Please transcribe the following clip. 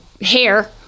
hair